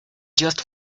just